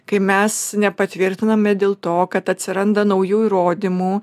kai mes nepatvirtiname dėl to kad atsiranda naujų įrodymų